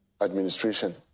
administration